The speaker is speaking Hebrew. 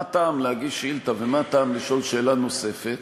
מה הטעם להגיש שאילתה, ומה הטעם לשאול שאלה נוספת,